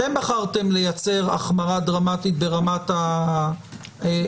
אתם בחרתם לייצר החמרה דרמטית ברמת הסנקציה